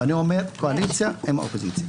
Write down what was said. ואני אומר קואליציה עם האופוזיציה.